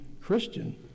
Christian